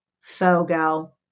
FOGO